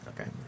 okay